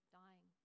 dying